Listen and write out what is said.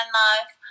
life